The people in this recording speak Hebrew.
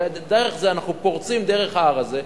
ודרך זה אנחנו פורצים דרך ההר הזה,